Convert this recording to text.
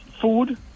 food